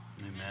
amen